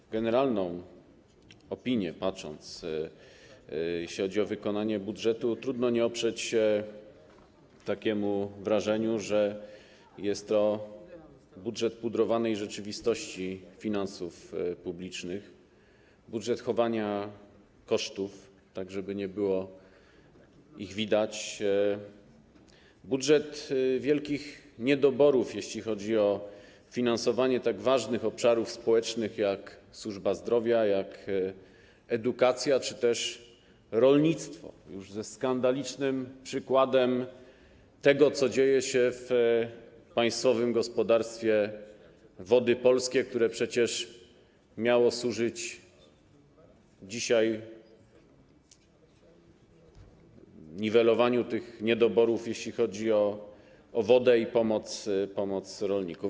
Co do generalnej opinii, jeżeli chodzi o wykonanie budżetu, trudno oprzeć się wrażeniu, że jest to budżet pudrowanej rzeczywistości finansów publicznych, budżet chowania kosztów, tak żeby nie było ich widać, budżet wielkich niedoborów, jeśli chodzi o finansowanie tak ważnych obszarów społecznych jak służba zdrowia, jak edukacja czy też rolnictwo, już ze skandalicznym przykładem tego, co dzieje się w Państwowym Gospodarstwie Wodnym Wody Polskie, które przecież miało służyć dzisiaj niwelowaniu tych niedoborów, jeśli chodzi o wodę i pomoc dla rolników.